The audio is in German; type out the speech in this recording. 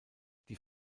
die